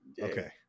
Okay